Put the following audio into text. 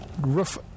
Roof